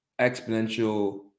exponential